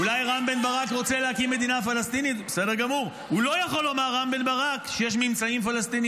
ברור, כולם שמאלנים, כי הם מתנגדים.